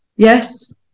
Yes